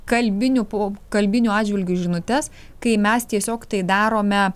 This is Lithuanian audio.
kalbiniu po kalbiniu atžvilgiu žinutes kai mes tiesiog tai darome